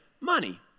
money